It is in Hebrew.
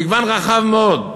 מגוון רחב מאוד.